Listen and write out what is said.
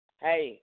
Hey